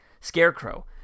Scarecrow